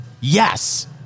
Yes